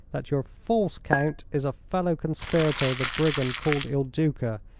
that your false count is a fellow conspirator of the brigand called il duca.